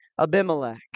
Abimelech